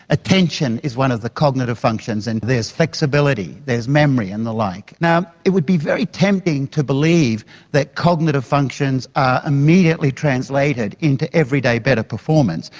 attention is one of the cognitive functions, and there is flexibility, there's memory and the like. now, it would be very tempting to believe that cognitive functions are immediately translated into everyday better performance,